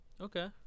Okay